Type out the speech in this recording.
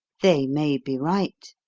they may be right,